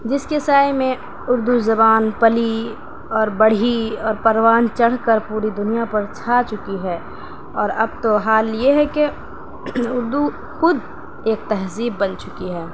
جس کے سائے میں اردو زبان پلی اور بڑھی اور پروان چڑھ کر پوری دنیا پر چھا چکی ہے اور اب تو حال یہ ہے کہ اردو خود ایک تہذیب بن چکی ہے